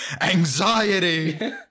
Anxiety